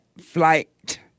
Flight